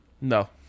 no